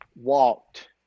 walked